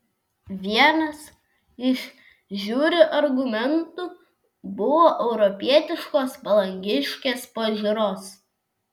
vienas iš žiuri argumentų buvo europietiškos palangiškės pažiūros